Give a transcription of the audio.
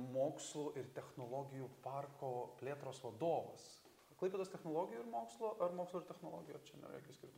mokslų ir technologijų parko plėtros vadovas klaipėdos technologijų ir mokslo ar mokslo ir technologijo ar čia nėra jokių skirtum